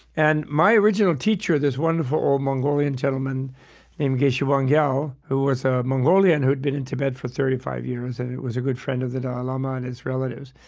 and my original teacher, this wonderful old mongolian gentleman named geshe wangyal, who was a mongolian who'd been in tibet for thirty five years and was a good friend of the dalai lama and his relatives,